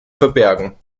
verbergen